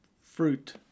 fruit